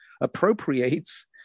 appropriates